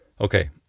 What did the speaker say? Okay